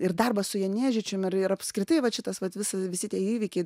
ir darbas su jeniežičium ir ir apskritai vat šitas vat visa visi tie įvykiai